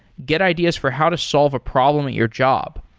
get ideas for how to solve a problem at your job,